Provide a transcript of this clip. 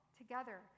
together